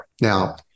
Now